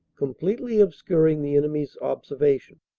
completely obscuring the enemy s observation.